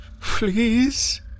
Please